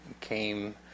came